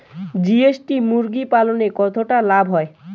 GST মুরগি পালনে কতটা লাভ হয়?